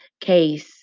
case